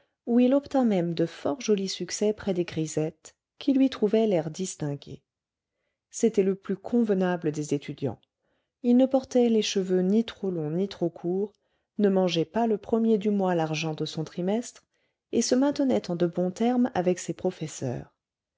où il obtint même de fort jolis succès près des grisettes qui lui trouvaient l'air distingué c'était le plus convenable des étudiants il ne portait les cheveux ni trop longs ni trop courts ne mangeait pas le premier du mois l'argent de son trimestre et se maintenait en de bons termes avec ses professeurs